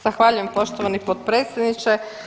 Zahvaljujem poštovani potpredsjedniče.